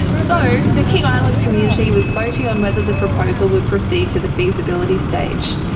so, the king island community was voting on whether the proposal would proceed to the feasibility stage.